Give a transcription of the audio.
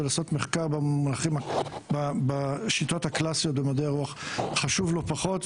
ולעשות מחקר בשיטות הקלאסיות במדעי הרוח חשוב לא פחות,